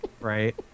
right